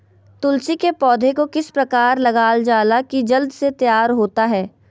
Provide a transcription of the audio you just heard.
तुलसी के पौधा को किस प्रकार लगालजाला की जल्द से तैयार होता है?